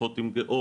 שיחות עם גיאורגיה,